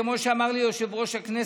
כמו שאמר לי יושב-ראש הכנסת,